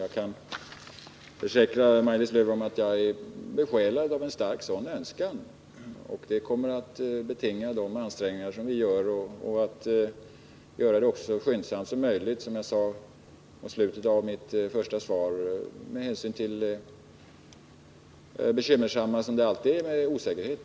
Jag kan försäkra Maj-Lis Lööw att jag är besjälad av en stark sådan önskan, som kommer att genomsyra de ansträngningar som vi gör. Som jag sade mot slutet av mitt första svar skall den kompletterande utredningen göras så skyndsamt som möjligt med hänsyn till det bekymmersamma läget.